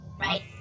Right